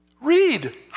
Read